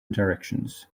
directions